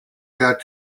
got